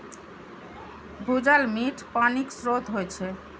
भूजल मीठ पानिक स्रोत होइ छै